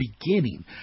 beginning